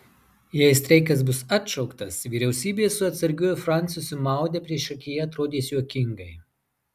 jei streikas bus atšauktas vyriausybė su atsargiuoju francisu maude priešakyje atrodys juokingai